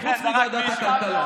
חוץ מוועדת הכלכלה.